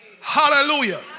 hallelujah